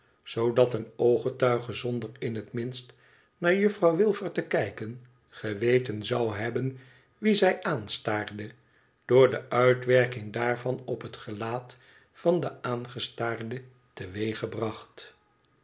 zoodat een ooggetuige zonder in het minst naar juffrouw wilfer te kijken geweten zou hebben wien zij aanstaarde door de uitwerking daarvan op het gelaat van den aangestaarde teweeggebracht